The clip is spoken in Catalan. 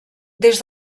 des